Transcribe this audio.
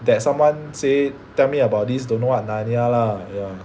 that someone say tell me about this don't know what Narnia lah ya